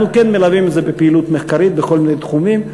אנחנו כן מלווים את זה בפעילות מחקרית בכל מיני תחומים,